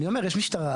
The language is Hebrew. זה בסדר,